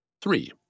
Three